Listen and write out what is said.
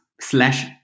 slash